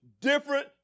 different